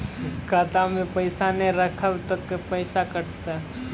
खाता मे पैसा ने रखब ते पैसों कटते?